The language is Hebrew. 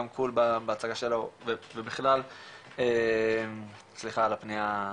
גם ליאור בהצגה שלו ובכלל סליחה על הפניה,